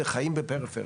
וחיים בפריפריה.